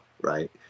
right